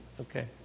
Okay